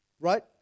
Right